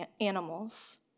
animals